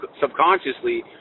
subconsciously